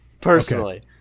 Personally